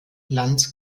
lanz